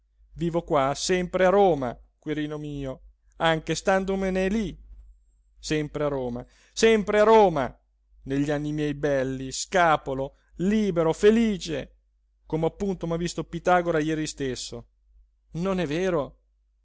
vivo qua sempre a roma quirino mio anche standomene lí sempre a roma sempre a roma negli anni miei belli scapolo libero felice come appunto m'ha visto pitagora jeri stesso non è vero